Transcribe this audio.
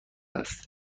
است